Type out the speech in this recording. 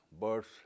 birds